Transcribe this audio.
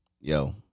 yo